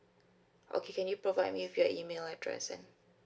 okay can you provide me with your email address then